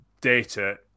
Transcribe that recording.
data